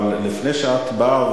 אבל לפני שאת באה,